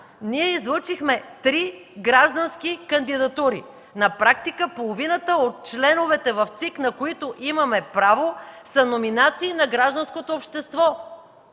Ние излъчихме три граждански кандидатури. На практика половината от членовете в ЦИК, на които имаме право, са номинации на гражданското общество.